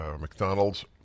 McDonald's